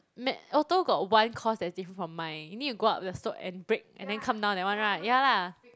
Met~ auto got one course that is different from mine you need to go up the slope and brake and then come down that one right ya lah